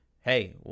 Hey